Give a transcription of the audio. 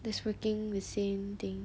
that's working the same thing